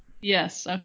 Yes